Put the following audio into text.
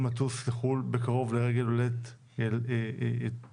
לטוס לחו"ל בקרוב לרגל הולדת תינוקם,